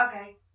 Okay